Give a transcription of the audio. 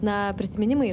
na prisiminimai